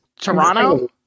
Toronto